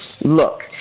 look